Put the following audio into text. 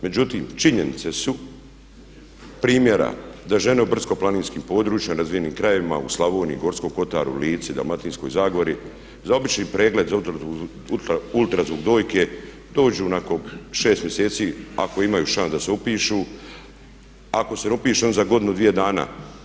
Međutim, činjenice su primjera da žene u brdsko planinskim područjima, nerazvijenim krajevima, u Slavoniji, Gorskom kotaru, Lici, Dalmatinskoj zagori, za obični pregled, za ultrazvuk dojke dođu nakon 6 mjeseci ako imaju šansu da se upišu, ako se ne upišu, onda za godinu, dvije dana.